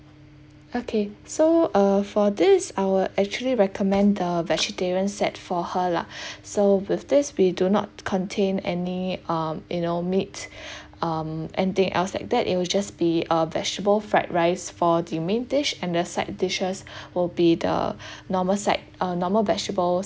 okay so uh for this I will actually recommend the vegetarian set for her lah so with this we do not contain any um you know meat um anything else like that it will just be uh vegetable fried rice for the main dish and the side dishes will be the normal side uh normal vegetables